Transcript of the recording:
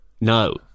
No